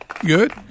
Good